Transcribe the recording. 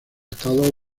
estados